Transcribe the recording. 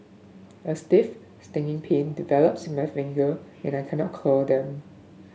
a stiff stinging pain develops in my finger and I cannot curl them